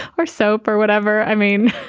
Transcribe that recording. or soap or whatever. i mean,